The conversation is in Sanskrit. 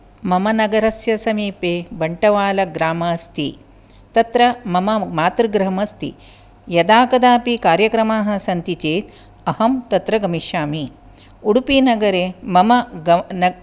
मम नगरस्य समीपे बन्टवालग्राम अस्ति तत्र मम मातृगृहमस्ति यदा कदापि कार्यक्रमाः सन्ति चेत् अहं तत्र गमिष्यामि उडुपिनगरे मम ग न